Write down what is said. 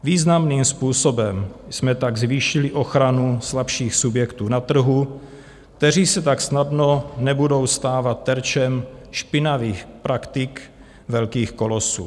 Významným způsobem jsme tak zvýšili ochranu slabších subjektů na trhu, které se tak snadno nebudou stávat terčem špinavých praktik velkých kolosů.